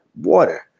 water